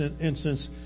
instance